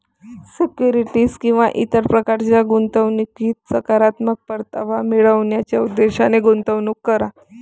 securities किंवा इतर प्रकारच्या गुंतवणुकीत सकारात्मक परतावा मिळवण्याच्या उद्देशाने गुंतवणूक करा